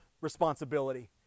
responsibility